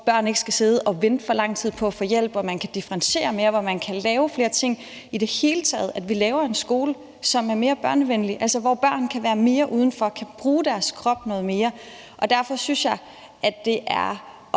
hvor børnene ikke skal sidde og vente for lang tid på at få hjælp, og hvor man kan differentiere mere og man kan lave flere ting. I det hele taget giver det rigtig god mening, at vi laver en skole, som er mere børnevenlig, altså hvor børn kan være mere udenfor og kan bruge deres krop noget mere. Derfor synes jeg, at det er